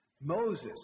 Moses